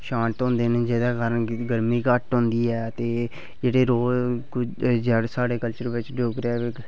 जेह्दे कारण गर्मी बी घट्ट हौंदी ऐ जेह्डे़ रोज साढ़े डोगरा कलचर च